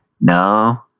No